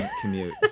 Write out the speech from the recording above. commute